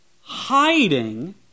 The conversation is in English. hiding